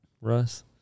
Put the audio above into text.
Russ